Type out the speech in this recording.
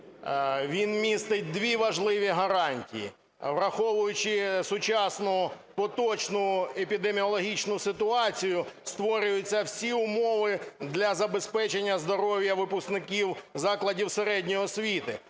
він містить дві важливі гарантії. Враховуючи сучасну поточну епідеміологічну ситуацію, створюються всі умови для забезпечення здоров'я випускників закладів середньої освіти.